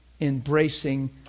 embracing